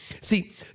See